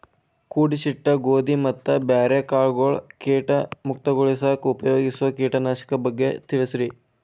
ಕೂಡಿಸಿಟ್ಟ ಗೋಧಿ ಮತ್ತ ಬ್ಯಾರೆ ಕಾಳಗೊಳ್ ಕೇಟ ಮುಕ್ತಗೋಳಿಸಾಕ್ ಉಪಯೋಗಿಸೋ ಕೇಟನಾಶಕದ ಬಗ್ಗೆ ತಿಳಸ್ರಿ